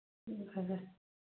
ꯎꯝ ꯐꯔꯦ ꯐꯔꯦ